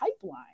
pipeline